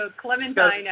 clementine